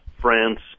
France